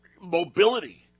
mobility